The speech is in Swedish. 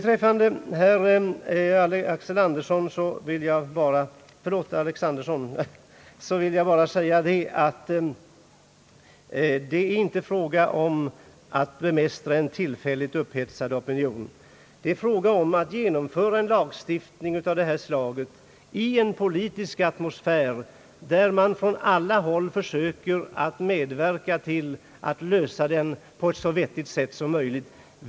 Till herr Alexanderson vill jag säga att det inte är fråga om att bemästra en tillfälligt upphetsad opinion. Det är i stället fråga om att genomföra en lagstiftning i en politisk atmosfär, där man från alla håll försöker att medverka till att lösa problemen på ett så vettigt sätt som möjligt.